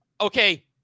Okay